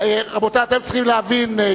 אתם צריכים להבין,